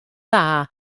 dda